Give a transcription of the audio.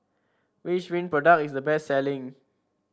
which Rene product is the best selling